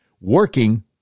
working